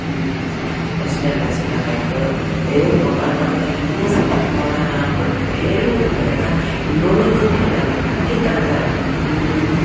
ಹ್ಞೂ ದರ್ಶನ ಎಲ್ಲ ಚೆನ್ನಾಗಾಯ್ತು ದೇವ್ರ ಮುಖ ನೋಡೋಕೆ ಇನ್ನೂ ಸ್ವಲ್ಪೊತ್ತು ನೋಡೋಣ ಅಂದ್ಕೊಂಡಿದ್ದೆ ಎಲ್ಲಿ ಬಿಡ್ತಾರೆ ಅಕ್ಕ ಹಿಂಗೆ ನೋಡೋಕ್ಕೂ ಬಿಡಲ್ಲ ಹಂಗೆ ತಳ್ತಾರೆ ಹ್ಞೂ